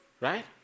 Right